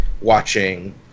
watching